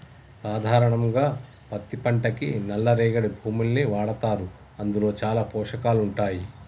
సాధారణంగా పత్తి పంటకి నల్ల రేగడి భూముల్ని వాడతారు అందులో చాలా పోషకాలు ఉంటాయి